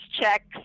checks